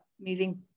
moving